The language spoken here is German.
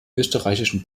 österreichischen